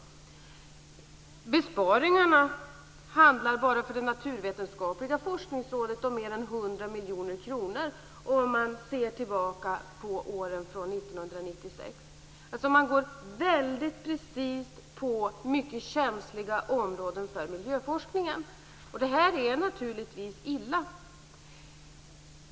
Besparingarna handlar bara för det naturvetenskapliga forskningsområdet om mer än 100 miljoner kronor, om man räknar från 1996. Man går på områden som är mycket känsliga för miljöforskningen. Det är naturligtvis illa.